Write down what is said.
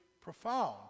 profound